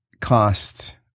cost